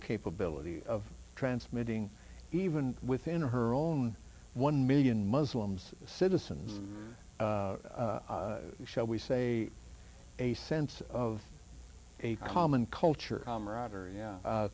capability of transmitting even within her own one million muslims citizens shall we say a sense of a common culture camaraderie